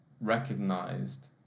recognized